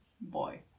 Boy